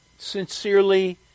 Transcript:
sincerely